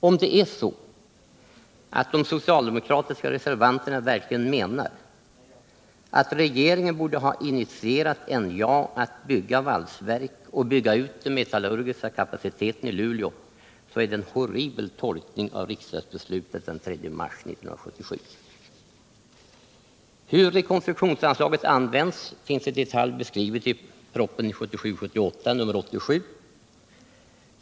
Om det är så att de socialdemokratiska reservanterna verkligen menar att regeringen borde ha initierat NJA att bygga valsverk och bygga ut den metallurgiska kapaciteten i Luleå, så är det en horribel tolkning av riksdagsbeslutet den 3 mars 1977. Hur rekonstruktionsanslaget använts finns i detalj beskrivet i propositionen 1977/78:87.